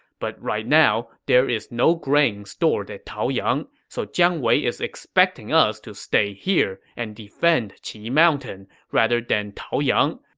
but right now, there is no grain stored at taoyang, so jiang wei is expecting us to stay here and defend qi mountain rather than taoyang,